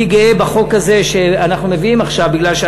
אני גאה בחוק הזה שאנחנו מביאים עכשיו בגלל